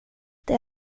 det